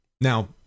Now